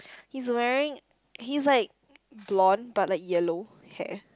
he's wearing he's like blonde but like yellow hair